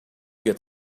get